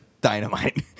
dynamite